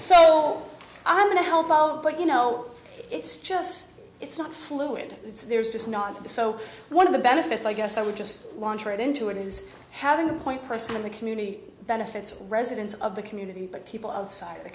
so i'm going to help out but you know it's just it's not fluid it's there's just not so one of the benefits i guess i would just want to read into it is having a point person in the community benefits residents of the community but people outside